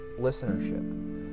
listenership